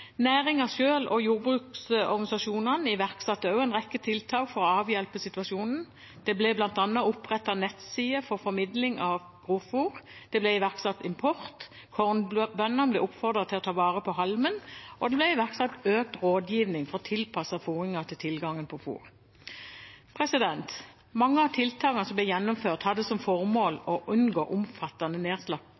og jordbruksorganisasjonene, iverksatte også en rekke tiltak for å avhjelpe situasjonen. Det ble bl.a. opprettet nettsider for formidling av grovfôr, det ble iverksatt import, kornbønder ble oppfordret til å ta vare på halmen, og det ble iverksatt økt rådgivning for å tilpasse fôringen til tilgangen på fôr. Mange av tiltakene som ble gjennomført, hadde som formål å unngå omfattende